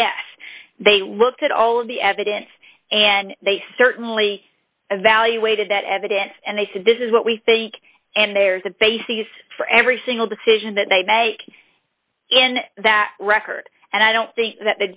yes they looked at all the evidence and they certainly evaluated that evidence and they said this is what we think and there's a bases for every single decision that they make in that record and i don't think that